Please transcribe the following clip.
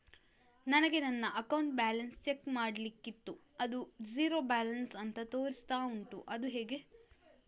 ನನಗೆ ನನ್ನ account balance check ಮಾಡ್ಲಿಕ್ಕಿತ್ತು ಅದು ಝೀರೋ ಬ್ಯಾಲೆನ್ಸ್ ಅಂತ ತೋರಿಸ್ತಾ ಉಂಟು ಅದು ಹೇಗೆ?